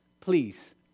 please